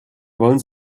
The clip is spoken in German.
wollen